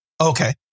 Okay